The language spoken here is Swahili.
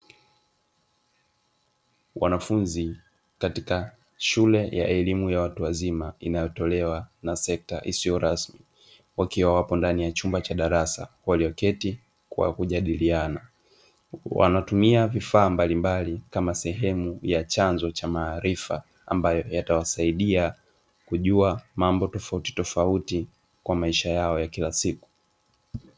Wanafunzi katika shule ya elimu ya watu wazima inayotolewa na sekta isiyo rasmi, wakiwa wapo ndani ya chumba cha darasa walio keti kwa kujadiliana, wanatumia vifaa mbalimbali kama sehemu ya chanzo cha maarifa ambayo yatawasaidia kujua mambo tofauti tofauti kwa maisha yao ya kila siku.